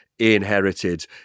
Inherited